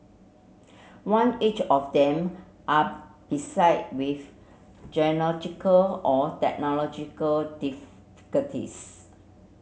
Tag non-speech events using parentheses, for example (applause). one each of them are beset with geological or technological (unintelligible)